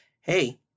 hey